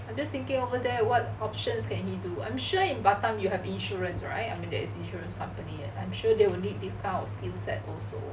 I'm just thinking over there what options can he do I'm sure in batam you have insurance right I mean that is insurance company I'm sure they will need this kind of skill set also